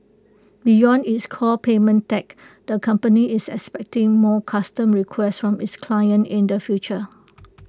beyond its core payment tech the company is expecting more custom requests from its clients in the future